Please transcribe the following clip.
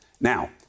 Now